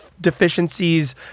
deficiencies